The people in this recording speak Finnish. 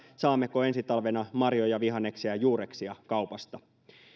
saammeko ensi talvena marjoja vihanneksia ja juureksia kaupasta